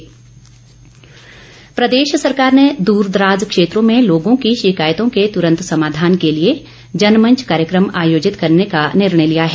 जनमंच प्रदेश सरकार ने दूरदराज क्षेत्रों में लोगों की शिकायतों के तुरंत समाधान के लिए जनमंच कार्यक्रम आयोजित करने का निर्णय लिया है